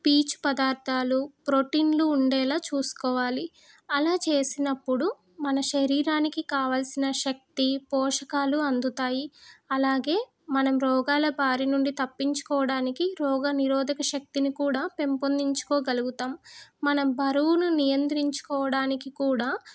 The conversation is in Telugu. పీచు పదార్థాలు ప్రోటీన్లు ఉండేలాగ చూసుకోవాలి అలా చేసినప్పుడు మన శరీరానికి కావాల్సిన శక్తి పోషకాలు అందుతాయి అలాగే మనం రోగాల భారి నుండి తప్పించుకోవడానికి రోగ నిరోధక శక్తిని కూడా పెంపొందించుకోగలుగుతాం మనం బరువును నియంత్రించుకోవడానికి కూడా